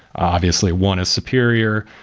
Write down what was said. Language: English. obviously one is superior,